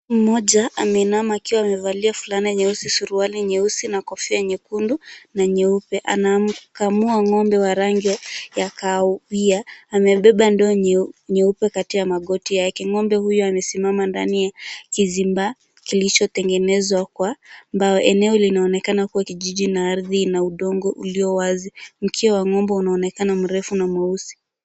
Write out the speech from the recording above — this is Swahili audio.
Mmoja ameinama akiwa amevalia fulana nyeusi, suruali nyeusi na kofia nyekundu na nyeupe anamkamua ng'ombe wa rangi ya kahawia. Amebeba ndoo nyeupe kati ya magoti yake. Ng'ombe huyu amesimama ndani ya kizimba kilichotengenezwa kwa mbao. Eneo linaonekana kuwa kijiji na ardhi ina udongo ulio wazi. Mkia wa ng'ombe unaonekana mrefu na mweusi.